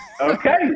Okay